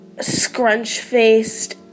scrunch-faced